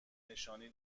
نشانی